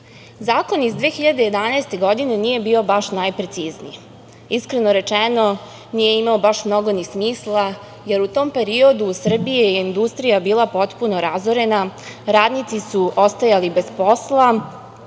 tajna. Zakon iz 2011. godine nije bio baš najprecizniji. Iskreno rečeno, nije imao mnogo smisla, jer u tom periodu industrija u Srbiji je bila potpuno razorena, radnici su ostajali bez posla